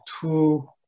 two